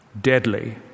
deadly